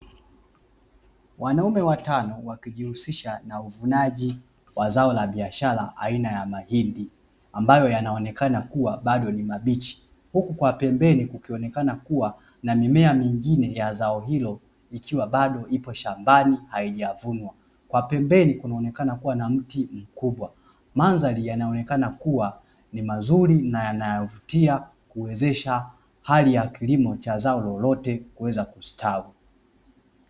Wanaume watano wakijihusisha na uvunaji wa zao la biashara aina ya mahindi. Ambayo yanaonekana kuwa bado ni mabichi. Huku kwa pembeni kukionekana kuwa na mimea mingine ya zao hilo ikiwa bado iko shambani haijavunwa. Kwa pembeni kunaonekana kuwa na mti mkubwa. Mandhari yanaonekana kuwa ni mazuri na yanayovutia kuwezesha hali ya kilimo cha zao lolote kuweza kustawi.